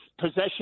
possession